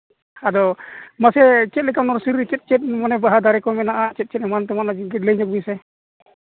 ᱟᱫᱚ ᱢᱟᱥᱮ ᱪᱮᱫ ᱞᱮᱠᱟ ᱱᱚᱣᱟ ᱥᱩᱨ ᱨᱮ ᱪᱮᱫ ᱪᱮᱫ ᱵᱟᱦᱟ ᱫᱟᱨᱮ ᱠᱚ ᱢᱮᱱᱟᱜᱼᱟ ᱪᱮᱫ ᱪᱮᱫ ᱮᱢᱟᱱ ᱛᱮᱢᱟᱱ